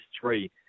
three